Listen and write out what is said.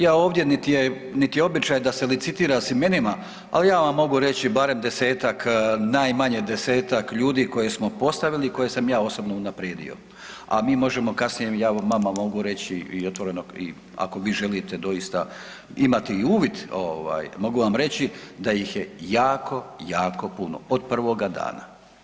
Ja ovdje nit je, nit je običaj da se licitira s imenima, ali ja vam mogu reći barem 10-tak, najmanje 10-tak ljudi koje smo postavili, koje sam ja osobno unaprijedio, a mi možemo kasnije, evo ja vama mogu reći i otvoreno i ako vi želite doista imati i uvid ovaj mogu vam reći da ih je jako, jako puno od prvoga dana.